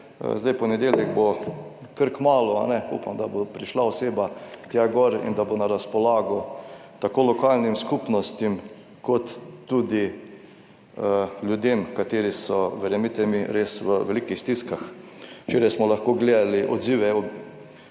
Zdaj, ponedeljek bo kar kmalu, upam, da bo prišla oseba tja gor, in da bo na razpolago tako lokalnim skupnostim kot tudi ljudem, kateri so, verjemite mi, res v velikih stiskah. Včeraj smo lahko gledali odzive